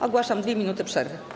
Ogłaszam 2 minuty przerwy.